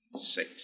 six